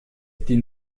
die